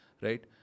right